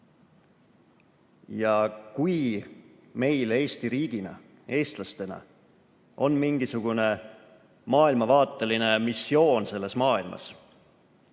Kui meil Eesti riigina, eestlastena on mingisugune maailmavaateline missioon selles maailmas,